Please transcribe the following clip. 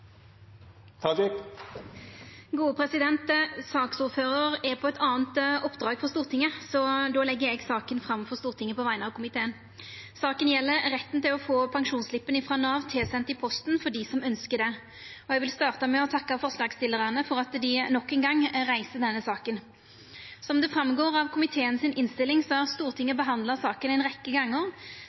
på eit anna oppdrag for Stortinget, så då legg eg saka fram for Stortinget på vegner av komiteen. Saka gjeld retten til å få pensjonsslippen frå Nav send i posten, for dei som ønskjer det. Eg vil starta med å takka forslagsstillarane for at dei nok ein gong reiser denne saka. Som det går fram av innstillinga frå komiteen, har Stortinget behandla saka ei rekkje gonger